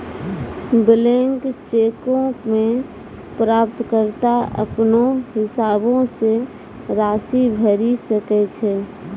blank चेको मे प्राप्तकर्ता अपनो हिसाबो से राशि भरि सकै छै